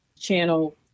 channel